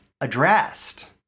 addressed